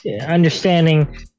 understanding